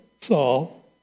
Saul